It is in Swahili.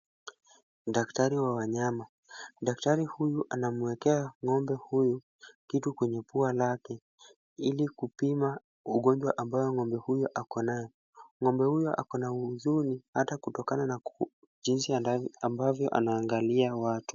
Daktari wa wanyama. Daktari huyu anamwekea ng'ombe huyu kitu kwenye pua lake, ili kupima ugonjwa ambao ng'ombe huyu ako nayo. Ng'ombe huyu ako na huzuni hata kutokana na jinsi ambavyo anaangalia watu.